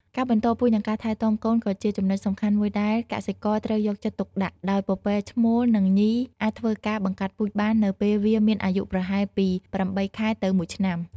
ការបន្តពូជនិងការថែទាំកូនក៏ជាចំណុចសំខាន់មួយដែលកសិករត្រូវយកចិត្តទុកដាក់ ដោយពពែឈ្មោលនិងញីអាចធ្វើការបង្កាត់ពូជបាននៅពេលវាមានអាយុប្រហែលពី ៨ ខែទៅ ១ ឆ្នាំ។